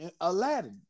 Aladdin